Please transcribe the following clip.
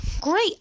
great